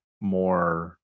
more